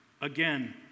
again